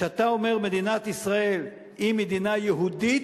כשאתה אומר: מדינת ישראל היא מדינה יהודית,